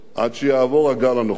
עד שיעבור הגל הנוכחי,